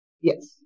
Yes